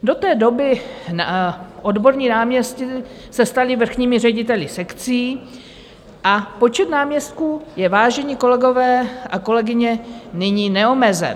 Do té doby odborní náměstci se stali vrchními řediteli sekcí a počet náměstků je, vážení kolegové a kolegyně, nyní neomezen.